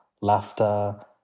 laughter